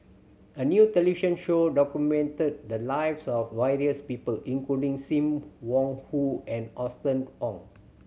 a new television show documented the lives of various people including Sim Wong Hoo and Austen Ong